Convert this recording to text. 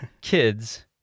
kids